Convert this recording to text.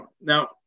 Now